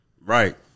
Right